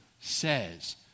says